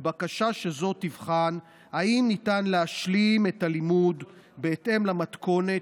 בבקשה שזו תבחן אם ניתן להשלים את הלימוד בהתאם למתכונת,